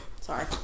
Sorry